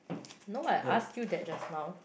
no I asked you that just now